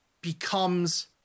becomes